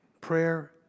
Prayer